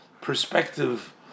perspective